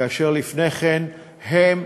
כאשר לפני כן הם,